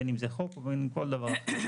בין אם זה חוק ובין אם כל דבר אחר.